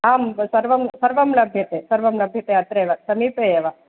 आम् सर्वं सर्वं लभ्यते सर्वं लभ्यते अत्रैव समीपे एव